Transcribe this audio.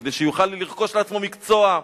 כדי שיוכל לרכוש לעצמו מקצוע.